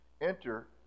Enter